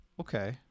Okay